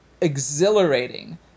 exhilarating